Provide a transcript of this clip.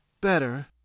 better